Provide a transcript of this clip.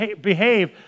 behave